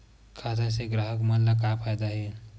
खाता से ग्राहक मन ला का फ़ायदा हे?